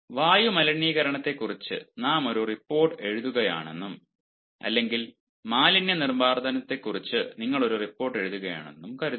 വായു മലിനീകരണത്തെക്കുറിച്ച് നാം ഒരു റിപ്പോർട്ട് എഴുതുകയാണെന്നും അല്ലെങ്കിൽ മാലിന്യ നിർമാർജനത്തെക്കുറിച്ച് നിങ്ങൾ ഒരു റിപ്പോർട്ട് എഴുതുകയാണെന്നും കരുതുക